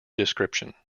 description